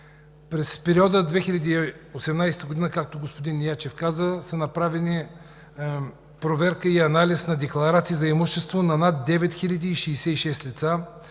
През 2018 г., както господин Ячев каза, са направени проверка и анализ на декларации за имущество на над 9066 лица,